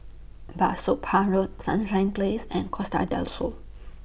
Bah Soon Pah Road Sunrise Place and Costa Del Sol